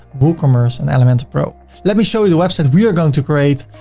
woocommerce and elementor pro. let me show you the websites we are going to create,